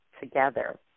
together